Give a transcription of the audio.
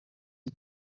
iki